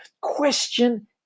Question